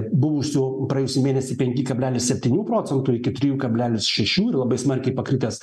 buvusių praėjusį mėnesį penki kablelis septynių procentų iki trijų kablelis šešių yra labai smarkiai pakritęs